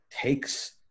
takes